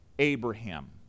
Abraham